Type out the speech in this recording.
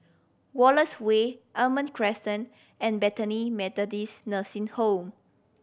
Wallace Way Almond Crescent and Bethany Methodist Nursing Home